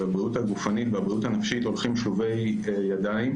הבריאות הגופנית והבריאות הנפשית הולכות שלובי ידיים.